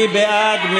מי בעד?